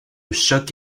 choc